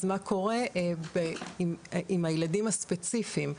אז מה קורה עם הילדים הספציפיים.